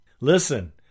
Listen